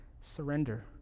surrender